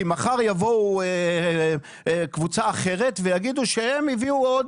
כי מחר יבואו קבוצה אחרת ויגידו שהם הביאו עוד